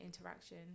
interaction